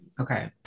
Okay